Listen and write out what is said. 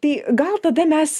tai gal tada mes